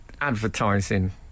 Advertising